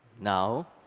now,